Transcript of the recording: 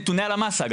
נתוני הלמ"ס אגב.